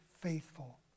faithful